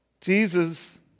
Jesus